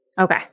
Okay